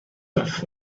off